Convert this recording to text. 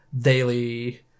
daily